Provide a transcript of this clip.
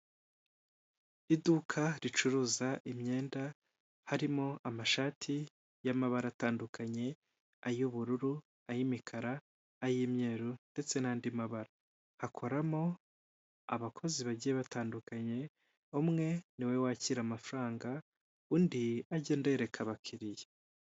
Iduka ricuruza imyenda harimo amashati y'amabara atandukanye, ay'ubururu, ay'imikara, ay'imyeru ndetse n'andi mabara. Hakoramo abakozi bagiye batandukanye, umwe ni we wakira amafaranga, undi agenda yereka abakiriya.